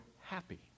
happy